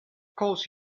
course